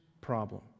problem